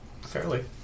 Fairly